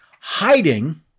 hiding